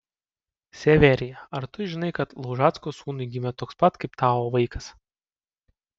severija ar tu žinai kad laužacko sūnui gimė toks pat kaip tavo vaikas